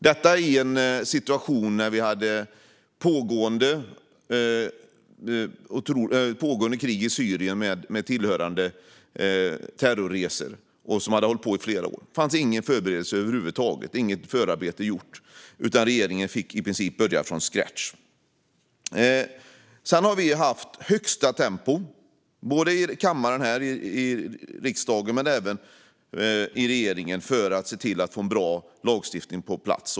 Detta i en situation då vi hade ett pågående krig i Syrien med tillhörande terrorresor som hade hållit på i flera år. Det fanns inga förberedelser över huvud taget, inget förarbete gjort, utan regeringen fick i princip börja från scratch. Sedan dess har vi haft högsta tempo, både här i riksdagen och i regeringen, för att se till att få bra lagstiftning på plats.